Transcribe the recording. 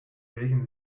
welchem